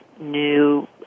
new